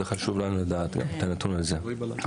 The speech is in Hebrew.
זה חשוב לנו לדעת את הנתון הזה.